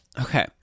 Okay